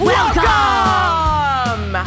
Welcome